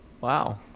Wow